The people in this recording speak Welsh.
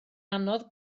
anodd